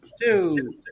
two